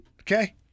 Okay